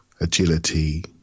agility